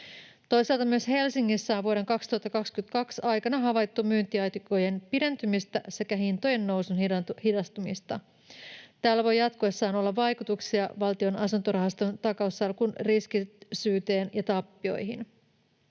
Toisaalta myös Helsingissä on vuoden 2022 aikana havaittu myyntiaikojen pidentymistä sekä hintojennousun hidastumista. Tällä voi jatkuessaan olla vaikutuksia Valtion asuntorahaston takaussalkun riskisyyteen ja tappioihin.